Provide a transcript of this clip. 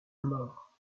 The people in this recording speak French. mort